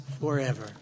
forever